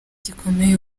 gikomeye